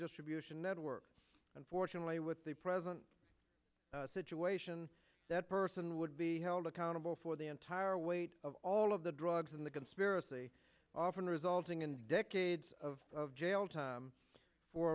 distribution network unfortunately with the present situation that person would be held accountable for the entire weight of all of the drugs in the conspiracy often resulting in decades of jail time for